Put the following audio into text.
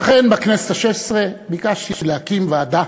ולכן בכנסת השש-עשרה ביקשתי להקים ועדה,